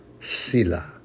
Sila